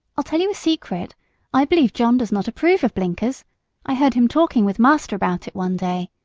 i'll tell you a secret i believe john does not approve of blinkers i heard him talking with master about it one day.